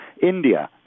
India